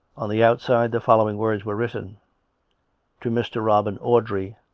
on the outside the following words were written to mr. robin audrey.